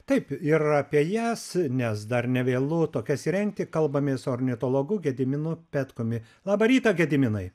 taip ir apie jas nes dar nevėlu tokias įrengti kalbamės su ornitologu gediminu petkumi labą rytą gediminai